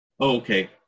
okay